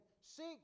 seek